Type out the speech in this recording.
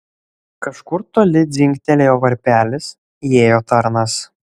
kažkur toli dzingtelėjo varpelis įėjo tarnas